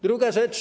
Druga rzecz.